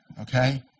Okay